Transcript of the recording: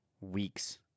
weeks